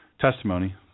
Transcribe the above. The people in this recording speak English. testimony